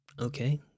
okay